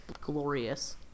glorious